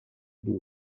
دور